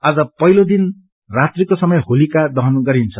आज पहिलो दिन रात्रिको समय होलिका दहन गरिन्छ